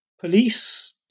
police